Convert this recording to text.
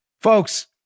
Folks